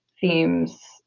themes